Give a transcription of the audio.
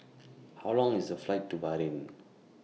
How Long IS The Flight to Bahrain